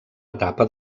etapa